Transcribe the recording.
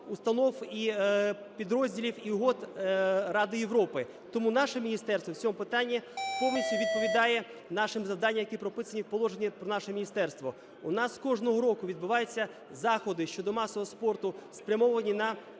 установ і підрозділів, і угод Ради Європи. Тому наше міністерство в цьому питанні повністю відповідає нашим завданням, які прописані в положенні про наше міністерство. У нас кожного року відбуваються заходи щодо масового спорту, спрямовані на